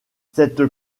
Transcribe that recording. cette